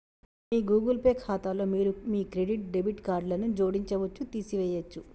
మీ Google Pay ఖాతాలో మీరు మీ క్రెడిట్, డెబిట్ కార్డులను జోడించవచ్చు, తీసివేయచ్చు